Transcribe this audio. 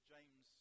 James